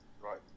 right